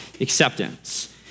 acceptance